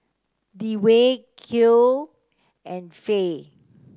Dewey Kiel and Fae